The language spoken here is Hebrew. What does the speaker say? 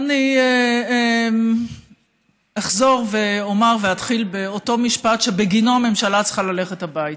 אני אחזור ואומר ואתחיל באותו משפט שבגינו הממשלה צריכה ללכת הביתה: